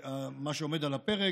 זה מה שעומד על הפרק,